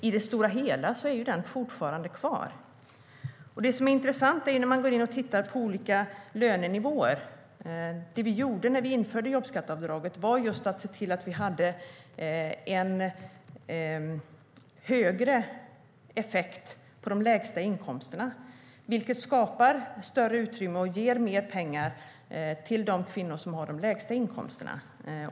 I det stora hela är det fortfarande kvar. Det är intressant att gå in och titta på olika lönenivåer. Det vi gjorde när vi införde jobbskatteavdraget var just att se till att det blev en större effekt på de lägsta inkomsterna, vilket skapar större utrymme och ger mer pengar till de kvinnor som har de lägsta inkomsterna.